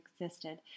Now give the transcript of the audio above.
existed